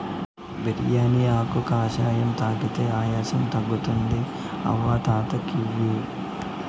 బిర్యానీ ఆకు కషాయం తాగితే ఆయాసం తగ్గుతుంది అవ్వ తాత కియి